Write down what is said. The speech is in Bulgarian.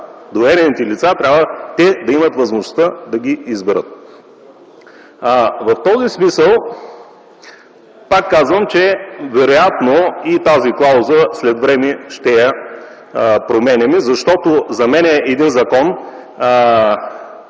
доверените лица. Трябва да имат възможността да ги изберат. В този смисъл, пак казвам, че вероятно и тази клауза след време ще я променяме, защото според мен